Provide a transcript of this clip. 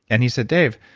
and he said, dave,